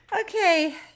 Okay